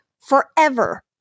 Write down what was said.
forever